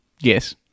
Yes